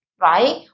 right